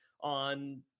on